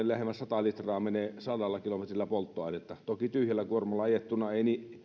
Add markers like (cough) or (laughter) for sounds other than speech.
(unintelligible) lähemmäs sata litraa sadalla kilometrillä polttoainetta toki tyhjällä kuormalla ajettuna